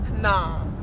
Nah